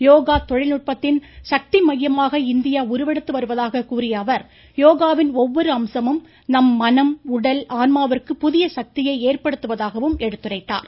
யோகா தொழில்நுட்பத்தின் சக்தி மையமாக இந்தியா உருவெடுத்து வருவதாக கூறிய அவர் யோகாவின் ஒவ்வொரு அம்சமும் நம் மனம் உடல் ஆன்மாவிற்கு புதிய சக்தியை ஏற்படுத்துவதாகவும் எடுத்துரைத்தார்